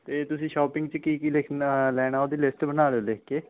ਅਤੇ ਤੁਸੀ ਸ਼ੋਪਿੰਗ 'ਚ ਕੀ ਕੀ ਦੇਖਣਾ ਲੈਣਾ ਉਹਦੀ ਲਿਸਟ ਬਣਾ ਲਿਓ ਲਿਖ ਕੇ